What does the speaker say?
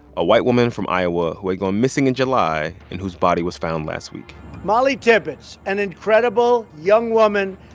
a white woman from iowa who had gone missing in july and whose body was found last week mollie tibbetts, an incredible young woman,